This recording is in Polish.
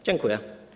Dziękuję.